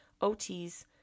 OTs